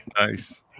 Nice